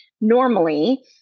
normally